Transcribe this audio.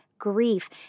Grief